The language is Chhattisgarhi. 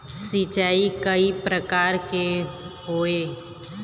सिचाई कय प्रकार के होये?